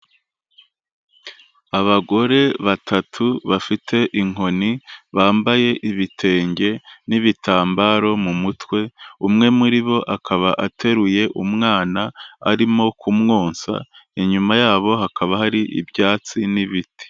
Abagore batatu bafite inkoni, bambaye ibitenge n'ibitambaro mu mutwe, umwe muri bo akaba ateruye umwana arimo kumwonsa, inyuma yabo hakaba hari ibyatsi n'ibiti.